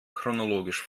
chronologisch